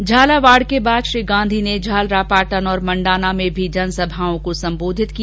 झालावाड़ के बाद श्री गांधी ने झालरापाटन और मंडाना में भी जनसभाओं को सम्बोधित किया